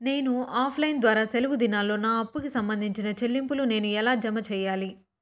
నేను offline ద్వారా సెలవు దినాల్లో నా అప్పుకి సంబంధించిన చెల్లింపులు నేను ఎలా జామ సెయ్యాలి?